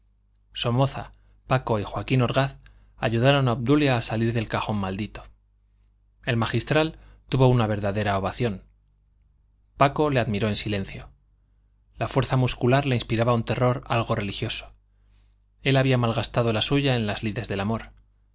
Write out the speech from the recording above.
majestuosamente somoza paco y joaquín orgaz ayudaron a obdulia a salir del cajón maldito el magistral tuvo una verdadera ovación paco le admiró en silencio la fuerza muscular le inspiraba un terror algo religioso él había malgastado la suya en las lides de amor